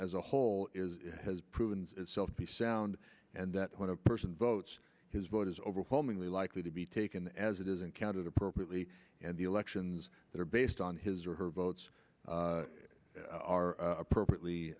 as a whole has proven itself to be sound and that when a person votes his vote is overwhelmingly likely to be taken as it is and counted appropriately and the elections that are based on his or her votes are appropriately